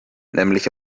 nämlich